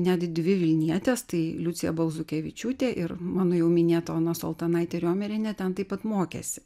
net dvi vilnietės tai liucija balzukevičiūtė ir mano jau minėta ona saltonaitė riomerienė ten taip pat mokėsi